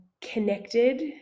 connected